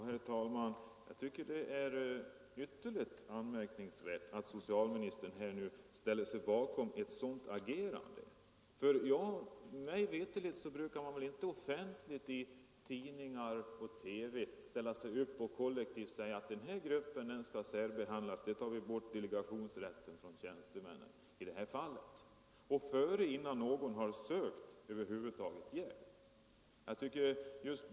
Herr talman! Jag tycker det är ytterligt anmärkningsvärt att socialministern här nu ställer sig bakom ett sådant agerande. Mig veterligt brukar man inte offentligt i tidningar och TV säga att en viss grupp skall särbehandlas och att man tar bort delegationsrätten ifrån tjänstemännen i det fallet — och innan någon över huvud taget har sökt hjälp.